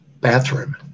bathroom